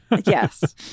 Yes